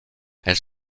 elle